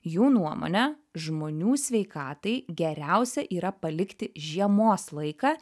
jų nuomone žmonių sveikatai geriausia yra palikti žiemos laiką